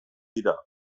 dira